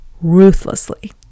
ruthlessly